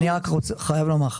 אני רק חייב לומר לך,